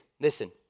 listen